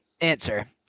answer